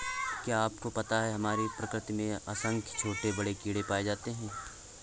क्या आपको पता है हमारी प्रकृति में असंख्य छोटे बड़े कीड़े पाए जाते हैं?